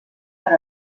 per